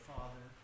Father